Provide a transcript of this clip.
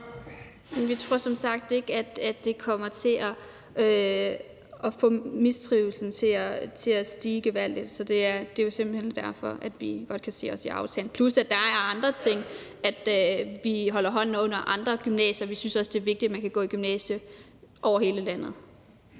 Vi tror som sagt ikke, at det får mistrivslen til at stige gevaldigt. Det er simpelt hen derfor, at vi godt kan se os i aftalen – plus at der er andre ting i den, såsom at vi holder hånden under andre gymnasier. Vi synes også, det er vigtigt, at man kan gå i gymnasiet i hele landet.